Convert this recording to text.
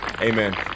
Amen